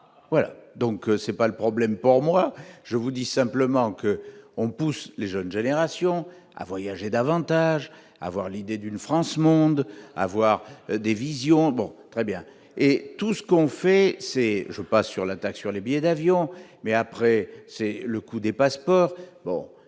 voilà donc c'est pas le problème pour moi je vous dis simplement qu'on pousse les jeunes générations à voyager davantage avoir l'idée d'une France Monde, avoir des visions bon très bien et tout ce qu'on fait, c'est je passe sur la taxe sur les billets d'avion, mais après, c'est le coût des passeports, en